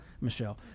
michelle